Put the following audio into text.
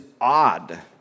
odd